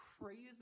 crazy